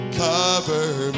cover